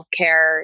healthcare